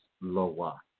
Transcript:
Loa